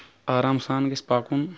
آرام سان گژھِ پکُن